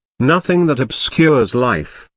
nothing that obscures life,